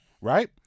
right